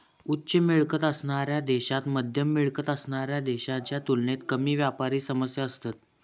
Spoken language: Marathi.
उच्च मिळकत असणाऱ्या देशांत मध्यम मिळकत असणाऱ्या देशांच्या तुलनेत कमी व्यापारी समस्या असतत